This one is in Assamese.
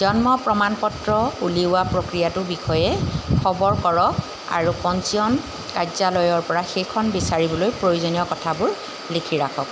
জন্ম প্ৰমাণ পত্ৰ উলিওৱা প্ৰক্ৰিয়াটোৰ বিষয়ে খবৰ কৰক আৰু পঞ্জীয়ন কাৰ্যালয়ৰপৰা সেইখন বিচাৰিবলৈ প্ৰয়োজনীয় কথাবোৰ লিখি ৰাখক